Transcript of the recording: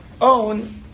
own